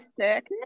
circuit